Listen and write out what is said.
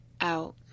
out